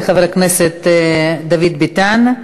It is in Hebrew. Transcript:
תודה רבה לחבר הכנסת דוד ביטן.